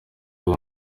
ubwo